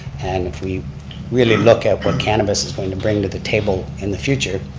and if we really look at what cannabis is going to bring to the table in the future,